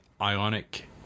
Ionic